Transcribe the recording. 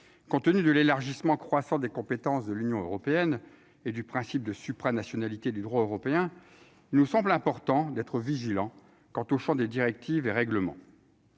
compte tenu de l'élargissement croissant des compétences de l'Union européenne et du principe de supranationalité du droit européen, il nous semble important d'être vigilant quant au chant des directives et règlements.